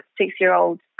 six-year-old